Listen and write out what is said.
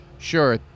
Sure